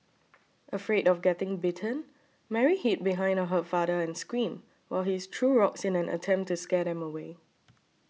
afraid of getting bitten Mary hid behind her father and screamed while he's threw rocks in an attempt to scare them away